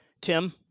Tim